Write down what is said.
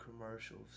commercials